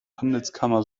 handelskammer